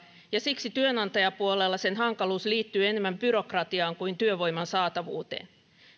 ja siksi työnantajapuolella sen hankaluus liittyy enemmän byrokratiaan kuin työvoiman saatavuuteen